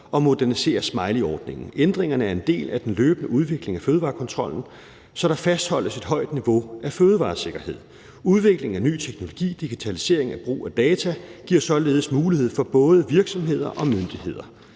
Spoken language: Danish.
og fiskeri (Rasmus Prehn): Ændringerne er en del af den løbende udvikling af fødevarekontrollen, så der fastholdes et højt niveau af fødevaresikkerhed. Udviklingen af ny teknologi og digitaliseringen af brug af data giver således mulighed for både virksomheder og myndigheder.